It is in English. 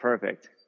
Perfect